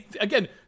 again